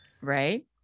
Right